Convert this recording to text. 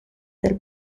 del